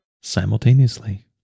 simultaneously